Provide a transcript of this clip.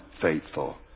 faithful